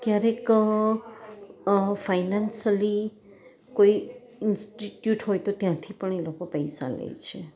ક્યારેક ફાઇનાન્સલી કોઈ ઇન્સ્ટિટ્યૂટ હોય તો ત્યાંથી પણ એ લોકો પૈસા લે છે